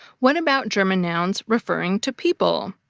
what about german nouns referring to people?